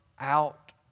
out